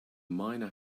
miner